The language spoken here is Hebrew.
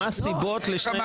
מה הסיבות לשני ימי ראשון?